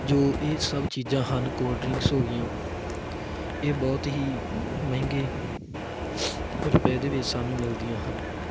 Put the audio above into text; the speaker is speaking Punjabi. ਜੋ ਇਹ ਸਭ ਚੀਜ਼ਾਂ ਹਨ ਕੋਲਡ ਡਰਿੰਕਸ ਹੋ ਗਈਆਂ ਇਹ ਬਹੁਤ ਹੀ ਮਹਿੰਗੇ ਰੁਪਏ ਦੇ ਵਿੱਚ ਸਾਨੂੰ ਮਿਲਦੀਆਂ ਹਨ